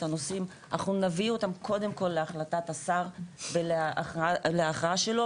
הנושאים אנחנו נביא אותם קודם כל להחלטת השר ולהכרעה שלו